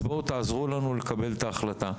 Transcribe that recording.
אז בואו תעזרו לנו לקבל את ההחלטה.